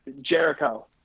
Jericho